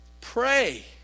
Pray